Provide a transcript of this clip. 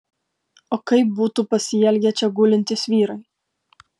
o kaip būtų pasielgę čia gulintys vyrai